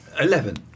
Eleven